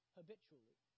habitually